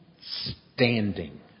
standing